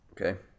Okay